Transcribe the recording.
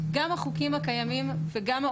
גם במשטרה כשמגיעים להגיש תלונה,